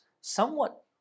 somewhat